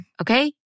Okay